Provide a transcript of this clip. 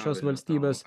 šios valstybės